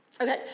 Okay